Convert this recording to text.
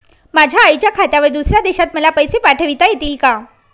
माझ्या आईच्या खात्यावर दुसऱ्या देशात मला पैसे पाठविता येतील का?